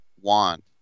want